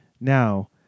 Now